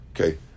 Okay